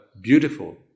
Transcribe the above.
beautiful